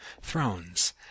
thrones